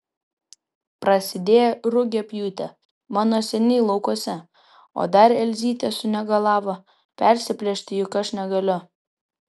prasidėjo rugiapjūtė mano seniai laukuose o dar elzytė sunegalavo persiplėšti juk aš negaliu